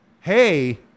hey